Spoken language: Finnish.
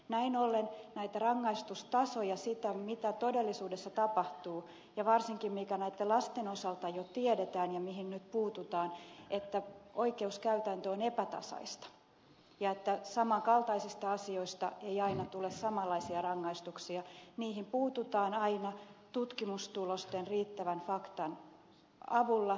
näin ollen näihin rangaistustasoihin siihen mitä todellisuudessa tapahtuu ja mikä varsinkin näitten lasten osalta jo tiedetään ja mihin nyt puututaan että oikeuskäytäntö on epätasaista ja että samankaltaisista asioista ei aina tule samanlaisia rangaistuksia niihin puututaan aina tutkimustulosten riittävän faktan avulla